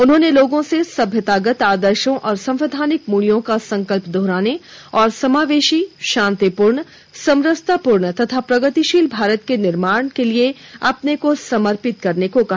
उन्होंने लोगों से सभ्यतागत आदर्शों और संवैधानिक मूल्यों का संकल्प दोहराने और समावेशी शांतिपूर्ण समरसतापूर्ण तथा प्रगतिशील भारत के निर्माण के लिए अपने को समर्पित करने को कहा